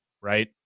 right